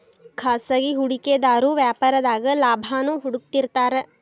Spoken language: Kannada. ಖಾಸಗಿ ಹೂಡಿಕೆದಾರು ವ್ಯಾಪಾರದಾಗ ಲಾಭಾನ ಹುಡುಕ್ತಿರ್ತಾರ